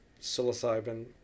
psilocybin